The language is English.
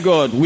God